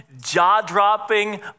jaw-dropping